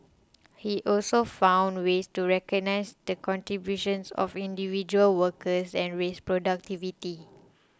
he also found ways to recognise the contributions of individual workers and raise productivity